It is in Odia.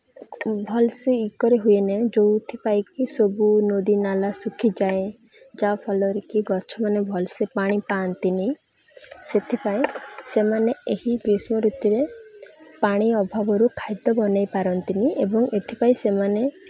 ଭଲସେ ଇଏକରି ହୁଏ ନାହିଁ ଯେଉଁଥିପାଇଁକି ସବୁ ନଦୀ ନାଳା ଶୁଖିଯାଏ ଯାହା ଫଳରେକି ଗଛମାନେ ଭଲସେ ପାଣି ପାଆନ୍ତିନି ସେଥିପାଇଁ ସେମାନେ ଏହି ଗ୍ରୀଷ୍ମ ଋତୁରେ ପାଣି ଅଭାବରୁ ଖାଦ୍ୟ ବନାଇ ପାରନ୍ତିନି ଏବଂ ଏଥିପାଇଁ ସେମାନେ